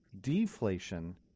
deflation